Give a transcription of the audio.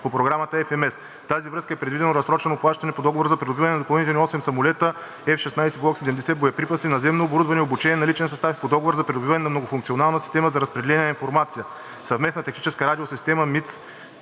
по Програмата FMS. В тази връзка е предвидено разсрочено плащане по договора за придобиване на допълнителни осем самолета F-16 Block 70, боеприпаси, наземно оборудване и обучение на личен състав и по договора за придобиване на многофункционална система за разпределение на информация – съвместна тактическа радиосистема